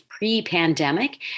pre-pandemic